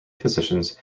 physicians